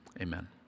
amen